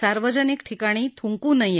सार्वजनिक ठिकाणी थुंकू नका